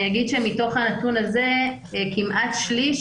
אני אגיד שמתוך הנתון הזה כמעט שליש